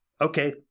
Okay